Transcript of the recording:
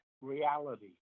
reality